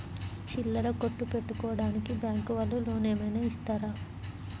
చిల్లర కొట్టు పెట్టుకోడానికి బ్యాంకు వాళ్ళు లోన్ ఏమైనా ఇస్తారా?